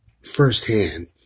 firsthand